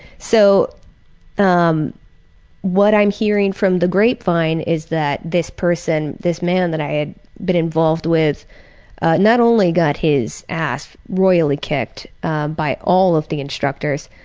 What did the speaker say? so um what i'm hearing from the grapevine is that this person, this man that i had been involved with not only got his ass royally kicked by all of the instructors,